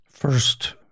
First